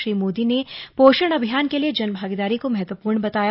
श्री मोदी ने पोषण अभियान के लिए जनभागीदारी को महत्वपूर्ण बताया